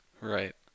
Right